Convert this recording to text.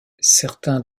certains